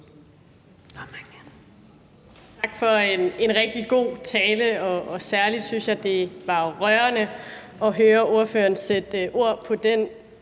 Tak for en rigtig god tale, og særlig synes jeg det var rørende at høre ordføreren sætte ord på den